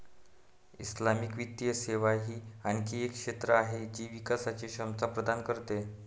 Islamic वित्तीय सेवा ही आणखी एक क्षेत्र आहे जी विकासची क्षमता प्रदान करते